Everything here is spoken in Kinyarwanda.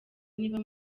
niba